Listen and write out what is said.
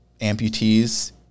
amputees